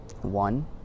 one